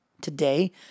today